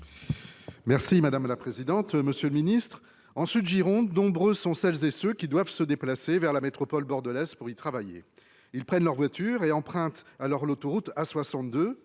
chargé des transports. Monsieur le secrétaire d’État, en Sud Gironde, nombreux sont celles et ceux qui doivent se déplacer vers la métropole bordelaise pour y travailler. Ils prennent leur voiture et empruntent alors l’autoroute A62.